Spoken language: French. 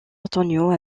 antonio